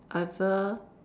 ever